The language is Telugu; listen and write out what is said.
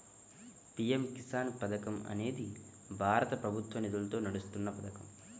పీ.ఎం కిసాన్ పథకం అనేది భారత ప్రభుత్వ నిధులతో నడుస్తున్న పథకం